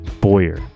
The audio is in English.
Boyer